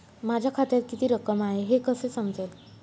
माझ्या खात्यात किती रक्कम आहे हे कसे समजेल?